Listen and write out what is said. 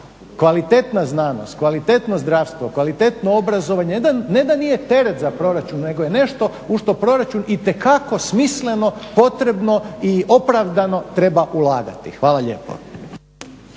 kvalitetna znanost, kvalitetno zdravstvo, kvalitetno obrazovanje, ne da nije teret za proračun nego je nešto u što proračun itekako smisleno, potrebno i opravdano treba ulagati. Hvala lijepo.